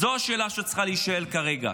זו השאלה שצריכה להישאל כרגע.